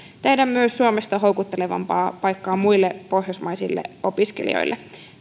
tehdä myös suomesta houkuttelevamman paikan muille pohjoismaisille opiskelijoille